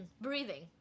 breathing